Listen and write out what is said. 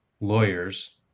lawyers